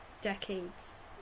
Decades